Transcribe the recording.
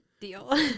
Deal